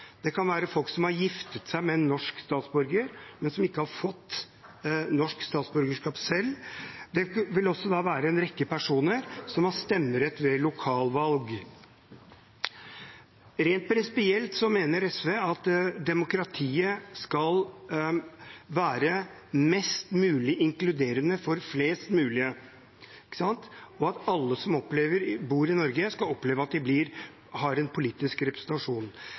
Det kan være folk som har giftet seg med en norsk statsborger, men som ikke har fått norsk statsborgerskap selv. Det vil også være en rekke personer som har stemmerett ved lokalvalg. Rent prinsipielt mener SV at demokratiet skal være mest mulig inkluderende for flest mulig, og at alle som bor i Norge, skal oppleve at de har en politisk representasjon.